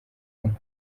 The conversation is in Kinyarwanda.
kandi